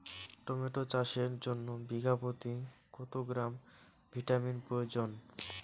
Tomato চাষের জন্য বিঘা প্রতি কত গ্রাম ভিটামিন প্রয়োজন?